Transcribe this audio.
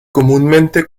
comúnmente